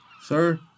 Sir